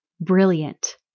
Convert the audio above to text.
brilliant